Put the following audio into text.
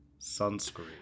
sunscreen